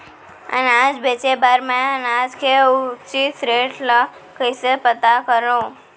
अनाज बेचे बर मैं अनाज के उचित रेट ल कइसे पता करो?